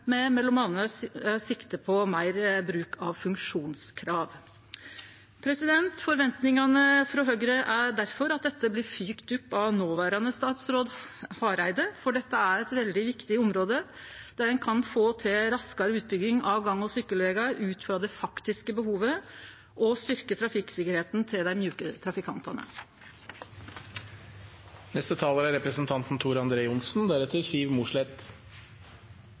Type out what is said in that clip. sikte på meir bruk av funksjonskrav.» Forventningane frå Høgre er difor at det blir fylgt opp av noverande statsråd Hareide, for dette er eit veldig viktig område der ein kan få til raskare utbygging av gang- og sykkelvegar ut frå det faktiske behovet og styrkje trafikksikkerheita til dei mjuke trafikantane.